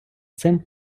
цим